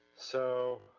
so,